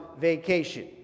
vacation